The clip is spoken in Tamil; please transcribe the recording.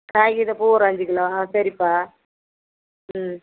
காகிதப்பூ ஒரு அஞ்சு கிலோ ஆ சரிப்பா ம்